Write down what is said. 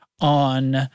on